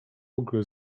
ogóle